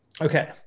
Okay